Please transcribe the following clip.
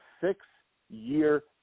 six-year